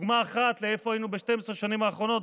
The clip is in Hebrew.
דיבר כאן חבר הכנסת אמסלם על הסניף של האחים המוסלמים,